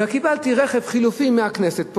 וקיבלתי רכב חלופי מהכנסת,